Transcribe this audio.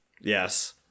yes